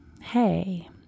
Hey